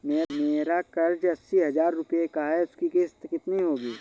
मेरा कर्ज अस्सी हज़ार रुपये का है उसकी किश्त कितनी होगी?